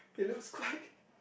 it looks quite